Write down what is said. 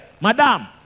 madam